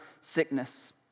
sickness